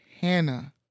Hannah